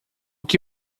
que